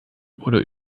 oder